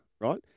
right